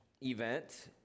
event